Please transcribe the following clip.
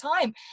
time